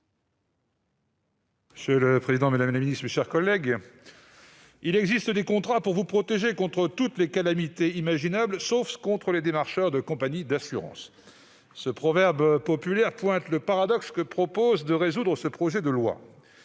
Monsieur le président, madame la secrétaire d'État, mes chers collègues, « il existe des contrats pour vous protéger contre toutes les calamités imaginables, sauf contre les démarcheurs de compagnies d'assurances ». Ce proverbe populaire pointe le paradoxe que propose de résoudre cette proposition de loi.